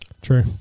True